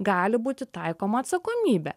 gali būti taikoma atsakomybė